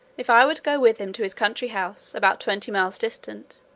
if i would go with him to his country-house, about twenty miles distant,